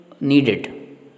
needed